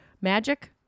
magic